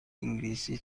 انگلیسی